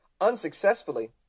unsuccessfully